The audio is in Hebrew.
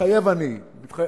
"מתחייב אני".